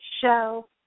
show